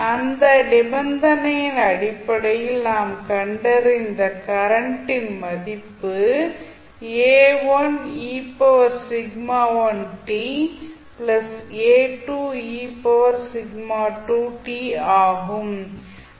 அந்த நிபந்தனையின் அடிப்படையில் நாம் கண்டறிந்த கரண்டின் மதிப்பு ஆகும்